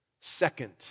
Second